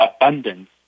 abundance